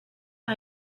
par